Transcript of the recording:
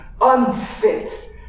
unfit